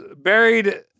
buried